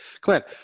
Clint